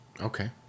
Okay